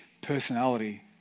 personality